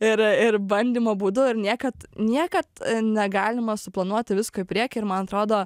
ir ir bandymo būdu ir niekad niekad negalima suplanuoti visko į priekį ir man atrodo